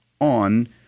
on